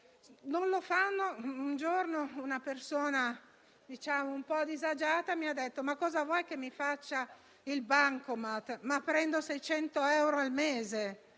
Un giorno una persona un po' disagiata mi ha detto: «cosa vuoi che mi faccia il bancomat, se prendo 600 euro al mese?».